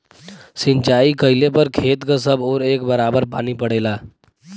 सिंचाई कइले पर खेत क सब ओर एक बराबर पानी पड़ेला